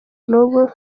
n’ubu